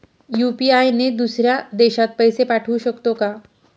UPI ने दुसऱ्या देशात पैसे पाठवू शकतो का?